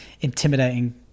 intimidating